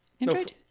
android